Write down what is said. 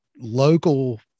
local